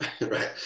right